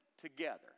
together